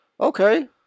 okay